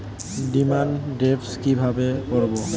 Demand draft কীভাবে করব?